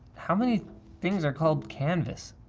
how many things are called canvas?